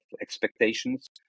expectations